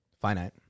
Finite